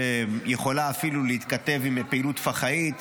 שיכולה אפילו להתכתב עם פעילות פח"עית,